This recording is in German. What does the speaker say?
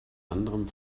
anderem